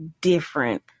different